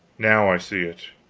now i see it!